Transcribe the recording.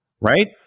Right